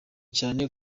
cyane